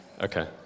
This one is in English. Okay